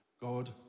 God